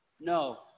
No